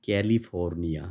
California